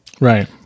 right